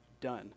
done